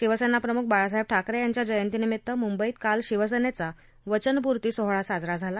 शिवसेनाप्रमुख बाळासाहेब ठाकरे यांच्या जयतीनिमित्त मुंबईत काल शिवसेनेचा वचनपूर्ती सोहळा साजरा झाला